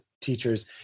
teachers